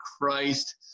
Christ